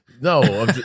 No